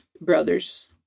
brothers